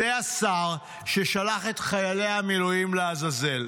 זה השר שישלח את חיילי המילואים לעזאזל.